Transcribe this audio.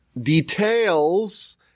details